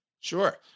Sure